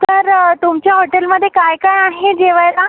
तर तुमच्या हॉटेलमध्ये काय काय आहे जेवायला